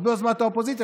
לא ביוזמת האופוזיציה,